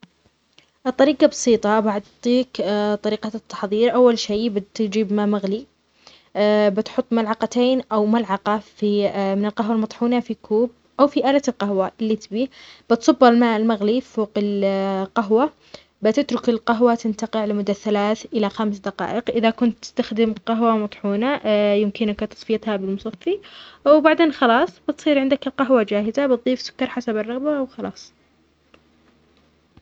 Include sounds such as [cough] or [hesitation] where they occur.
الطريقة بسيطة بعطيك [hesitation] طريقة التحظير أول شي بتجيب ماء مغلي [hesitation] بتحط ملعقتين أو ملعقة من القهوة المطحونة في كوب أو في آلة القهوة إللي تبي بتصب الماء المغلي فوق [hesitation] القهوة بتترك القهوة تنتقع لمدة ثلاث إلى خمس دقائق إذا كنت تستخدم قهوة مطحونة يمكنك تصفيتها بالمصفي، وبعدين خلاص بتصير عندك القهوة جاهزة بتظيف سكر حسب الرغبة وخلاص.